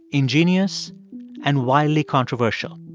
ingenious and wildly controversial.